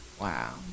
Wow